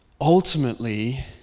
ultimately